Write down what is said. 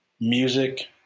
Music